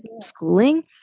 schooling